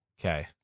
Okay